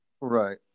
right